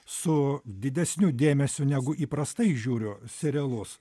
su didesniu dėmesiu negu įprastai žiūriu serialus